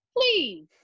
please